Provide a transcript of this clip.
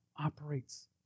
Operates